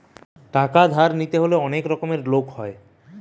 টাকা ধার নিতে হলে অনেক রকমের লোক হয়